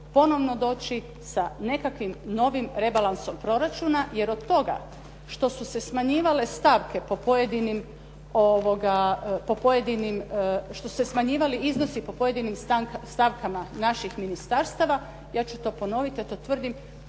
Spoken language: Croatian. ponovno doći sa nekakvim novim rebalansom proračuna jer od toga što su se smanjivale stavke po pojedinim, što su se smanjivali iznosi po pojedinim stavkama naših ministarstava, ja ću to ponoviti, a to tvrdim,